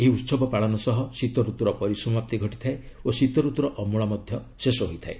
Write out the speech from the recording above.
ଏହି ଉତ୍ସବ ପାଳନ ସହ ଶୀତରତୁର ପରିସମାପ୍ତି ଘଟିଥାଏ ଓ ଶୀତରତ୍ତ୍ର ଅମଳ ମଧ୍ୟ ଶେଷ ହୋଇଥାଏ